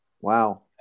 Wow